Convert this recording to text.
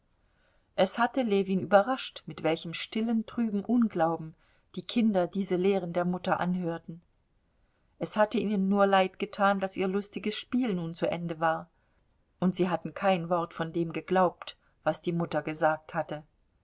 es hatte ljewin überrascht mit welchem stillen trüben unglauben die kinder diese lehren der mutter anhörten es hatte ihnen nur leid getan daß ihr lustiges spiel nun zu ende war und sie hatten kein wort von dem geglaubt was die mutter gesagt hatte